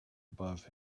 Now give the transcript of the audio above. above